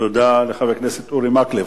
תודה לחבר הכנסת אורי מקלב.